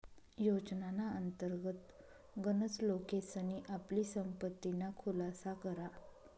योजनाना अंतर्गत गनच लोकेसनी आपली संपत्तीना खुलासा करा